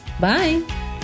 bye